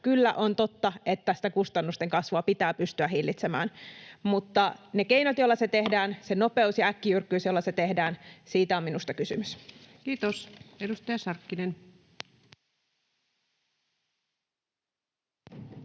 Kyllä on totta, että sitä kustannusten kasvua pitää pystyä hillitsemään, mutta niistä keinoista, joilla se tehdään, siitä nopeudesta ja äkkijyrkkyydestä, jolla se tehdään, on minusta kysymys. Kiitos. — Edustaja Sarkkinen.